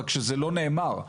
רק שזה לא נאמר.